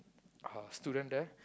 uh student there